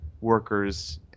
workers